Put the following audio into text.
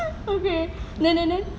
okay then then then